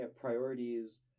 priorities